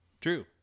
True